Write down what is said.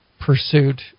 pursuit